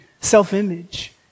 self-image